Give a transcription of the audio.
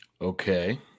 Okay